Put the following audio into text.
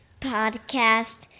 podcast